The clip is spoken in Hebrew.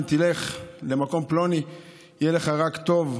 אם תלך למקום פלוני יהיה לך רק טוב,